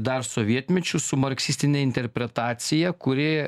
dar sovietmečiu su marksistine interpretacija kuri